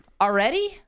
Already